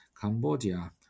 Cambodia